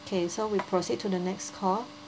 okay so we proceed to the next call